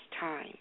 time